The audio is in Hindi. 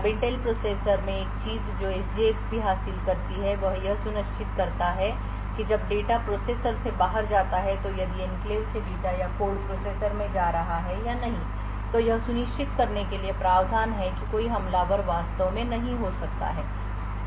अब इंटेल प्रोसेसर में एक चीज जो SGX भी हासिल करती है वह यह सुनिश्चित करता है कि जब डेटा प्रोसेसर से बाहर जाता है तो यदि एन्क्लेव से डेटा या कोड प्रोसेसर में जा रहा है या नहीं तो यह सुनिश्चित करने के लिए प्रावधान हैं कि कोई हमलावर वास्तव में नहीं हो सकता है